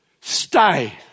Stay